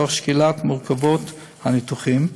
תוך שקילת מורכבות הניתוחים,